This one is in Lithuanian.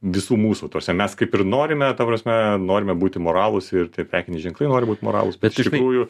visų mūsų ta prasme mes kaip ir norime ta prasme norime būti moralūs ir tie prekiniai ženklai nori būti moralūs bet iš tikrųjų